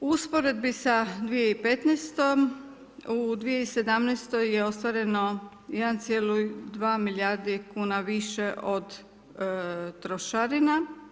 U usporedbi sa 2015. u 2018. je ostvareno 1,2 milijardi kn više od trošarina.